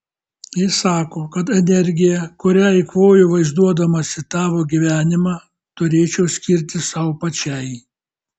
ji sako kad energiją kurią eikvoju vaizduodamasi tavo gyvenimą turėčiau skirti sau pačiai